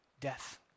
death